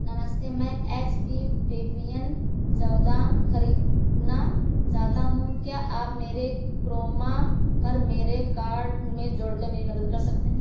नमस्ते मैं H P Pavilion चौदह खरीदना चाहता हूँ क्या आप मेरे क्रोमा पर मेरे कार्ड में जोड़कर मेरी मदद कर सकते हैं